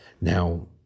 now